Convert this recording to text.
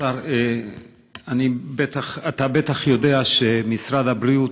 כבוד השר, אתה בטח יודע שמשרד הבריאות,